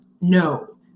No